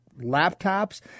laptops